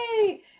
Yay